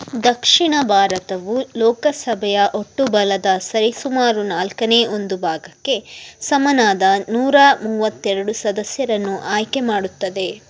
ದಕ್ಷಿಣ ಭಾರತವು ಲೋಕಸಭೆಯ ಒಟ್ಟು ಬಲದ ಸರಿಸುಮಾರು ನಾಲ್ಕನೇ ಒಂದು ಭಾಗಕ್ಕೆ ಸಮನಾದ ನೂರ ಮೂವತ್ತೆರಡು ಸದಸ್ಯರನ್ನು ಆಯ್ಕೆ ಮಾಡುತ್ತದೆ